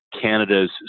Canada's